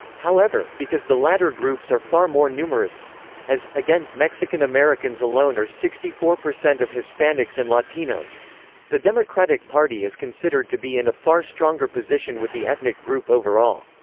however, because the latter groups are far more numerous as, again, mexican americans alone are sixty four percent of hispanics and latinos the democratic party is considered to be in a far stronger position with the ethnic group overall.